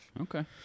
Okay